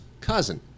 cousin